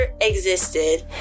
existed